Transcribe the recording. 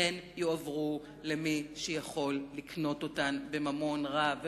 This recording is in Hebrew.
הן יועברו למי שיכול לקנות אותן בממון רב.